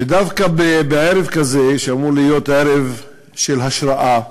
ודווקא בערב כזה, שאמור להיות ערב של השראה,